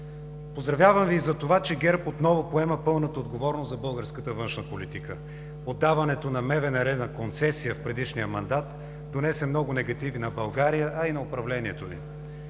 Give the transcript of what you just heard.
Поздравявам Ви и за това, че ГЕРБ отново поема пълната отговорност за българската външна политика. Отдаването на Министерство на външните работи на концесия в предишния мандат, донесе много негативи на България, а и на управлението Ви.